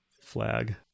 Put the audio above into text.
flag